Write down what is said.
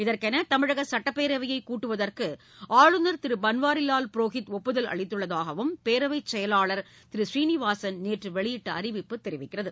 இதற்கென தமிழக சட்டப்பேரவையை கூட்டுவதற்கு ஆளுநர் திரு பன்வாரிலால் புரோகித் ஒப்புதல் அளித்துள்ளதாகவும் பேரவை செயலாளர் திரு சீனவாசன் நேற்று வெளியிட்ட அறிவிப்பு தெரிவிக்கிறது